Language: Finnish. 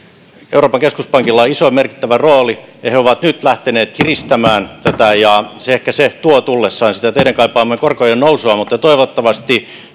euroopan keskuspankilla on iso ja merkittävä rooli ja he ovat nyt lähteneet kiristämään tätä ehkä se tuo tullessaan sitä teidän kaipaamaanne korkojen nousua mutta toivottavasti